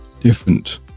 different